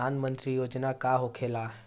प्रधानमंत्री योजना का होखेला?